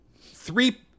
Three